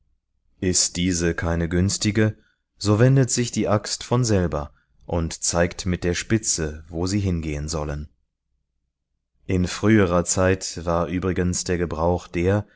ist diese keine günstige so wendet sich die axt von selber und zeigt mit der spitze wo sie hingehen sollen in früherer zeit war übrigens der gebrauch der